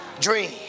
Dream